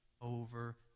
over